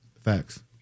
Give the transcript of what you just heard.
Facts